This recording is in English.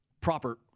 proper